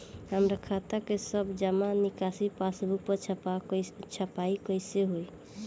हमार खाता के सब जमा निकासी पासबुक पर छपाई कैसे होई?